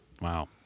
Wow